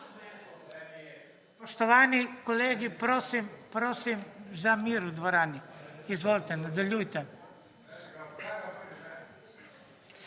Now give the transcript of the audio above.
Spoštovani kolegi, prosim za mir v dvorani. Izvolite, nadaljujte.